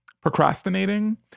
procrastinating